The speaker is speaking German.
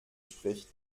spricht